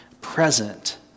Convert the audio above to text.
present